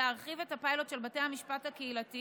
להרחיב את הפיילוט של בתי המשפט הקהילתיים